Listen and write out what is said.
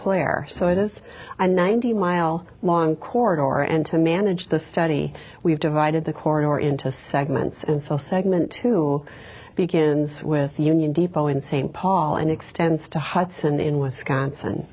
auclair so it is a ninety mile long corridor and to manage the study we've divided the corner into segments and so segment two begins with union depot in st paul and extends to hudson in wisconsin